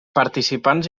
participants